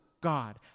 God